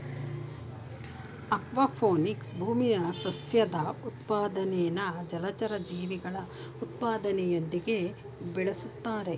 aquaponics ಭೂಮಿಯ ಸಸ್ಯದ್ ಉತ್ಪಾದನೆನಾ ಜಲಚರ ಜೀವಿಗಳ ಉತ್ಪಾದನೆಯೊಂದಿಗೆ ಬೆಳುಸ್ತಾರೆ